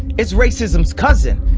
it's racism's cousin.